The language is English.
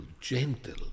gentle